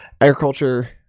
agriculture